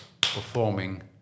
performing